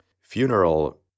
funeral